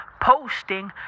posting